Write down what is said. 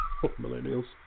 Millennials